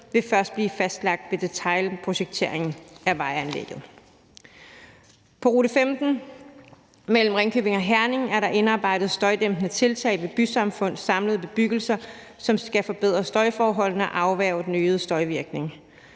vil først blive fastlagt ved detailprojekteringen af vejanlægget. På rute 15 mellem Ringkøbing og Herning er der indarbejdet støjdæmpende tiltag ved bysamfund og samlede bebyggelser, som skal forbedre støjforholdene og afværge den øgede støjvirkning.